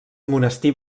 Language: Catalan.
monestir